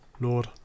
Lord